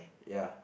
ya